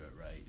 right